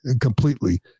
completely